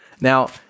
Now